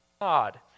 God